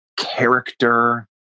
Character